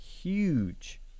huge